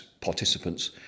participants